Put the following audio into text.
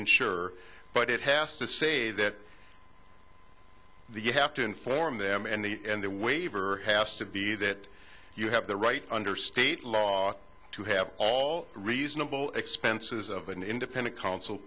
insurer but it has to say that the you have to inform them and the waiver has to be that you have the right under state law to have all reasonable expenses of an independent counsel